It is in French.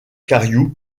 cariou